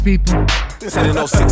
people